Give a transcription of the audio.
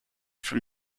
from